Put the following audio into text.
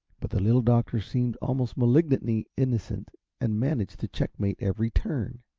but the little doctor seemed almost malignantly innocent and managed to checkmate every turn.